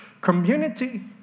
community